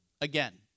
again